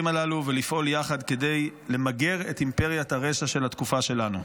הללו ולפעול יחד כדי למגר את אימפריית הרשע של התקופה שלנו.